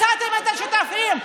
מצאתם את השותפים,